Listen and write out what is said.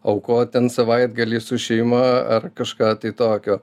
aukot ten savaitgalį su šeima ar kažką tai tokio